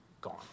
gone